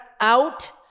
out